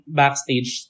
backstage